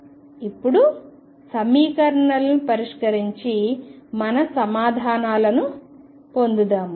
ఇప్పుడు సమీకరణాలను పరిష్కరించి మన సమాధానాలను పొందుదాము